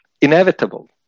inevitable